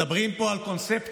מדברים פה על קונספציה,